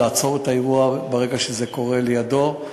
לעצור את האירוע ברגע שזה קורה לידו.